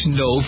no